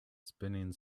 spinning